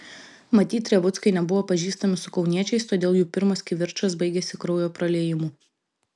matyt revuckai nebuvo pažįstami su kauniečiais todėl jų pirmas kivirčas baigėsi kraujo praliejimu